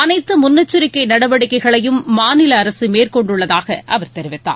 அனைத்து முன்னெச்சரிக்கை நடவடிக்கைகளையும் மாநில அரசு மேற்கொண்டுள்ளதாக அவர் தெரிவித்தார்